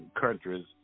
countries